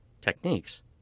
techniques